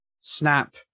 snap